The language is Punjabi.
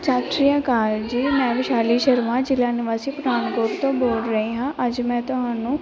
ਸਤਿ ਸ਼੍ਰੀ ਅਕਾਲ ਜੀ ਮੈਂ ਵਿਸ਼ਾਲੀ ਸ਼ਰਮਾ ਜ਼ਿਲ੍ਹਾ ਨਿਵਾਸੀ ਪਠਾਨਕੋਟ ਤੋਂ ਬੋਲ ਰਹੀ ਹਾਂ ਅੱਜ ਮੈਂ ਤੁਹਾਨੂੰ